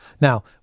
Now